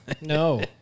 No